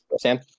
Sam